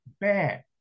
bad